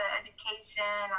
education